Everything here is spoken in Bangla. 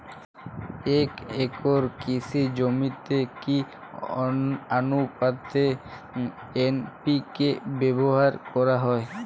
এক একর কৃষি জমিতে কি আনুপাতে এন.পি.কে ব্যবহার করা হয়?